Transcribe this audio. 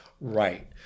Right